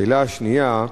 השאלה השנייה: